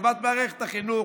לטובת מערכת החינוך,